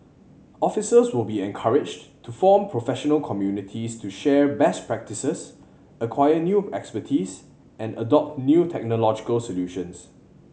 officers will be encouraged to form professional communities to share best practices acquire new expertise and adopt new technological solutions